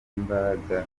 n’imbaraga